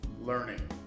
learning